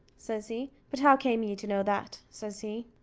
says he but how came ye to know that? says he.